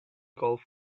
golf